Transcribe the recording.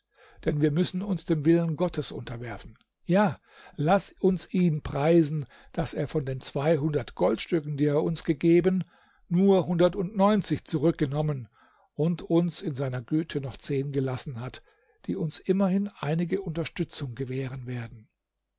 denn wir müssen uns dem willen gottes unterwerfen ja laß uns ihn preisen daß er von den zweihundert goldstücken die er uns gegeben nur hundertundneunzig zurückgenommen und uns in seiner güte noch zehn gelassen hat die uns immerhin einige unterstützung gewähren werden